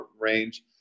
range